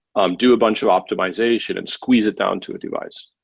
um do a bunch of optimization and squeeze it down to a device.